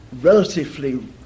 relatively